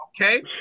Okay